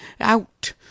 out